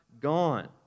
gone